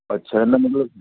ਅੱਛਾ ਇਹਦਾ ਮਤਲਬ